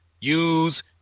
use